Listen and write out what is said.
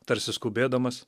tarsi skubėdamas